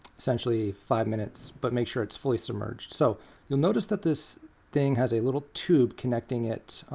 essentially five minutes. but make sure it's fully submerged. so you'll notice that this thing has a little tube connecting it,